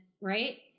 right